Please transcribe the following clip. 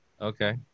okay